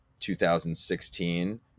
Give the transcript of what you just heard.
2016